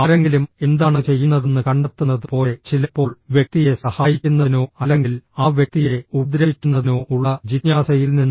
ആരെങ്കിലും എന്താണ് ചെയ്യുന്നതെന്ന് കണ്ടെത്തുന്നത് പോലെ ചിലപ്പോൾ വ്യക്തിയെ സഹായിക്കുന്നതിനോ അല്ലെങ്കിൽ ആ വ്യക്തിയെ ഉപദ്രവിക്കുന്നതിനോ ഉള്ള ജിജ്ഞാസയിൽ നിന്ന്